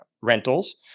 rentals